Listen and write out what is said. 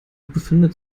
befindet